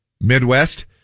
Midwest